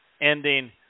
ending